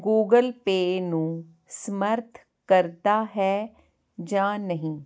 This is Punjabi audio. ਗੂਗਲ ਪੇ ਨੂੰ ਸਮਰੱਥ ਕਰਦਾ ਹੈ ਜਾਂ ਨਹੀਂ